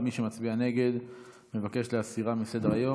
מי שמצביע נגד מבקש להסירה מסדר-היום.